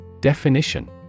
Definition